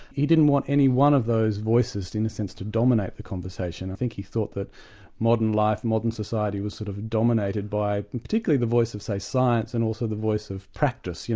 he didn't want any one of those voices in a sense to dominate the conversation. i think he thought that modern life, modern society was sort of dominated by particularly the voice of say, science and also the voice of practice, you